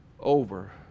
Over